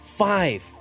five